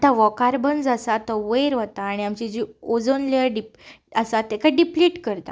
आतां हो कार्बन जो आसा तो वयर वता आनी आमची जी ओजोन लेयर आसा तेका डिप्लीट करता